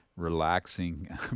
Relaxing